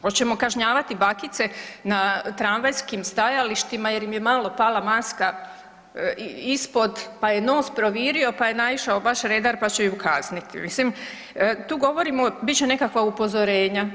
Hoćemo kažnjavati i bakice na tramvajskim stajalištima jer im je malo pala maska ispod, pa je nos provirio pa je naišao baš redar pa će ju kazniti, mislim tu govorimo bit će nekakva upozorenja.